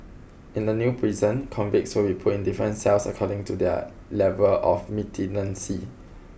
in the new prison convicts will be put in different cells according to their level of militancy